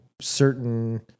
certain